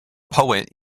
poet